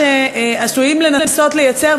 מה שעשויים לנסות לייצר,